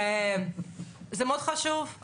דיווח טרום יבוא,